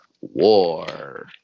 War